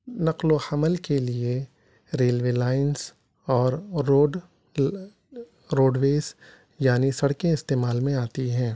نقل و حمل کے لیے ریلوے لائنس اور روڈ روڈویز یعنی سڑکیں استعمال میں آتی ہیں